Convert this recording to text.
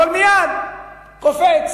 אבל מייד קופץ